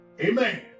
Amen